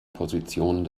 position